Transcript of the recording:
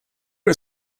are